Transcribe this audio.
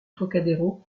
trocadéro